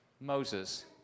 Moses